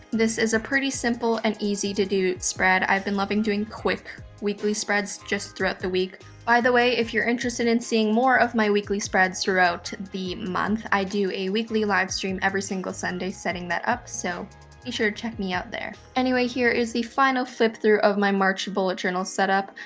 this is a pretty simple and easy to do spread, i've been loving doing quick weekly spreads, just throughout the week. by the way, if you're interested in seeing more of my weekly spreads throughout the month. i do a weekly livestream every single sunday setting that up, so be sure to check me out there. anyways here is the final flip through of my march bullet journal setup,